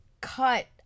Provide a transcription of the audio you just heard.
cut